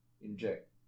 inject